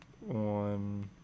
One